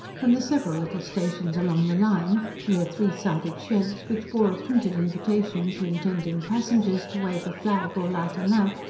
from the several little stations along the line mere three-sided sheds, which bore a printed invitation to intending passengers to wave a flag or light a lamp,